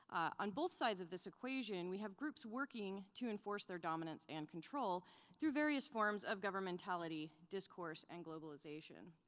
on both sides of this equation, we have groups working working to enforce their dominance and control through various forms of governmentality, discourse, and globalization,